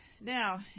Now